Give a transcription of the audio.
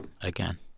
again